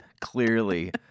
clearly